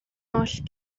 oll